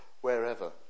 wherever